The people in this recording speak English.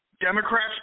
Democrats